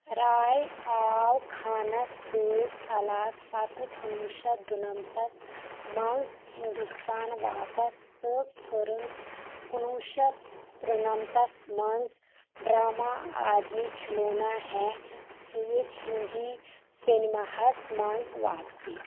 راے آو خانَس سۭتۍ طلاق پتہٕ کُنوُہ شیٚتھ دُنمتس منٛز ہندوستان واپس تہٕ کٔرٕنۍ کُنوُہ شیٚتھ ترنمتس منٛز ڈرامہ آدمی کھلونا ہے سۭتۍ ہندی سنیماہَس منٛز واپسی